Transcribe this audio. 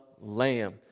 Lamb